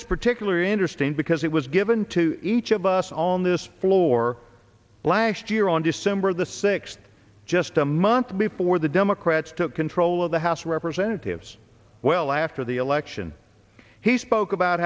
quote is particularly interesting because it was given to each of us on this floor last year on december the sixth just a month before the democrats took control of the house of representatives well after the election he spoke about